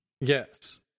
Yes